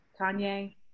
Kanye